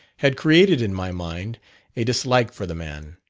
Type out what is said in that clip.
had created in my mind a dislike for the man,